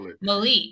Malik